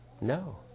No